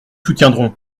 soutiendrons